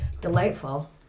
delightful